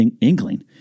inkling